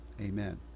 Amen